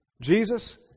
Jesus